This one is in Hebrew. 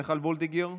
מיכל וולדיגר,